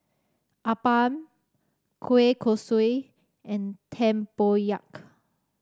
appam Kueh Kosui and tempoyak